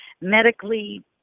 medically